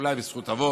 אולי זכות אבות,